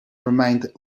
remained